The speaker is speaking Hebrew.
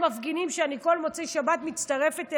והמפגינים שאני כל מוצאי שבת מצטרפת אליהם,